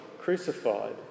crucified